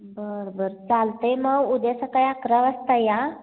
बरं बरं चालतं आहे मग उद्या सकाळी अकरा वाजता या